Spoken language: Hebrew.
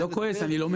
אני לא כועס, אני לומד.